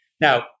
Now